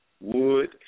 wood